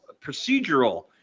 procedural